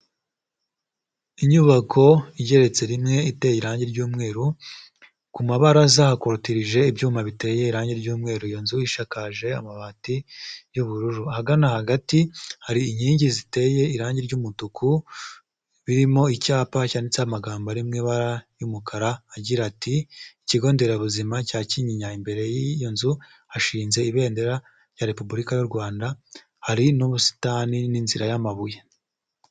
Inyubako igeretse rimwe iteye irangi ry'umweru ku mabaraza hakotirije ibyuma biteye irangi ry'umweru iyo nzu ishakakaje amabati y'ubururu ahagana hagati hari inkingi ziteye irangi ry'umutuku birimo icyapa cyanditseho amagambo ari mu ibara y'umukara agira ati ikigo nderabuzima cya Kinyinya imbere y'iyo nzu hashinze ibendera rya repubulika y'u Rwanda hari n'ubusitani n'inzira y'amabuye.